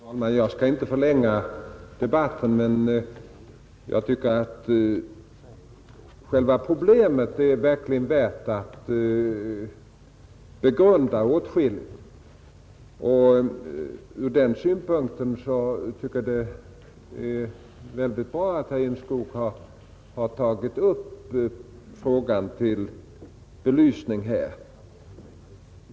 Fru talman! Jag skall inte förlänga debatten, men jag tycker att själva problemet verkligen är värt att begrunda åtskilligt. Ur den synpunkten tycker jag att det är väldigt bra att herr Enskog har tagit upp frågan till belysning här.